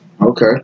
Okay